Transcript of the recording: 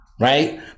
right